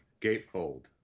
gatefold